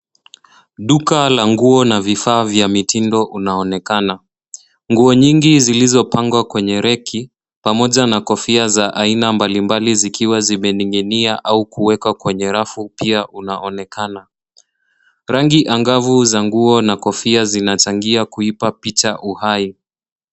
Duka la nguo na vifaa vya mitindo unaonekana. Nguo nyingi zilizopangwa kwenye reki pamoja na kofia za aina mbalimbali zikiwa zimening'inia au kuwekwa kwenye rafu pia unaonekana. Rangi angavu za nguo na kofia zinachangia kuipa picha uhai.